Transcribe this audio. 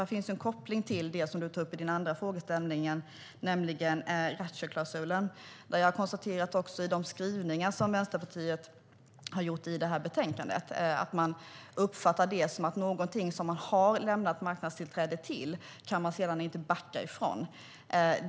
Här finns en koppling till det som Håkan Svenneling tar upp i sin andra frågeställning, nämligen ratchetklausulen. Utifrån de skrivningar som Vänsterpartiet har gjort i det här betänkandet konstaterar jag att de uppfattar det som att man inte kan backa från någonting som man har lämnat marknadstillträde till.